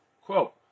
quote